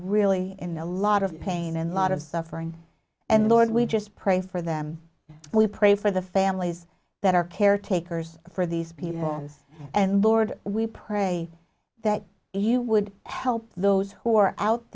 really in a lot of pain and lot of suffering and lord we just pray for them and we pray for the families that are caretakers for these people and lord we pray that you would help those who are out